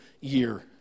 year